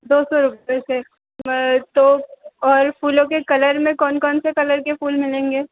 दो सौ रुपए से तो और फूलों के कलर में कौन कौन से कलर के फूल मिलेंगे